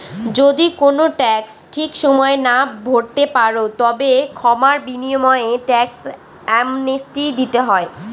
যদি কোনো ট্যাক্স ঠিক সময়ে না ভরতে পারো, তবে ক্ষমার বিনিময়ে ট্যাক্স অ্যামনেস্টি দিতে হয়